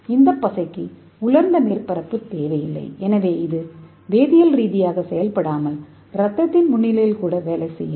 ஆனால் இந்த பொருள் உலர்ந்த மேற்பரப்பு தேவையில்லை எனவே இது வேதியியல் ரீதியாக செயல்படாமல் இரத்தத்தின் முன்னிலையில் கூட வேலை செய்யும்